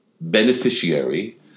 beneficiary